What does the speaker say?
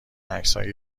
عکسهای